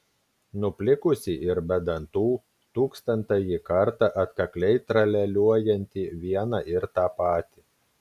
nuplikusį ir be dantų tūkstantąjį kartą atkakliai tralialiuojantį vieną ir tą patį